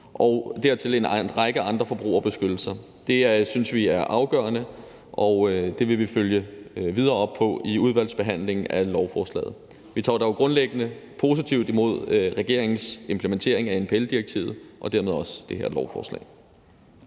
er der en række andre forbrugerbeskyttelser. Det synes vi er afgørende, og det vil vi følge videre op på i udvalgsbehandlingen af lovforslaget. Vi tager dog grundlæggende positivt imod regeringens implementering af NPL-direktivet og dermed også det her lovforslag.